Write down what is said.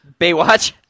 Baywatch